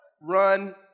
run